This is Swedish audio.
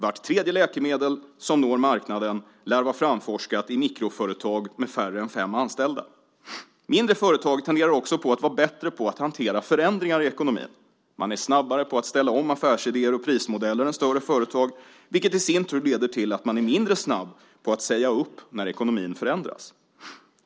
Vart tredje läkemedel som når marknaden lär vara framforskat i mikroföretag med färre än fem anställda. Mindre företag tenderar också att vara bättre på att hantera förändringar i ekonomin. Man är snabbare på att ställa om affärsidéer och prismodeller än större företag, vilket i sin tur leder till att man är mindre snabb på att säga upp när ekonomin förändras.